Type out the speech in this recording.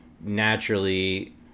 naturally